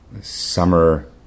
Summer